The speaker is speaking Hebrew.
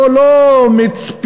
פה לא מצפים,